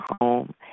home